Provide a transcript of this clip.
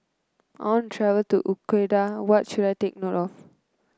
I want to travel to Ecuador what should I take note of